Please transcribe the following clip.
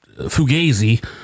fugazi